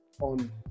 on